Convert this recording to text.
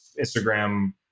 Instagram